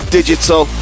Digital